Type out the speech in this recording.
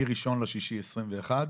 מ-1.6.21,